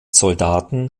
soldaten